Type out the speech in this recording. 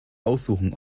aussuchen